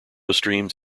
streams